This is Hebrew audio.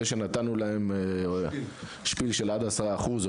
זה שאנחנו נתנו להם שפיל של עד עשרה אחוז וזה